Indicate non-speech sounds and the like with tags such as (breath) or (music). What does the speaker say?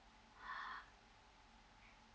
(breath)